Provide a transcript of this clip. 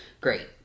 Great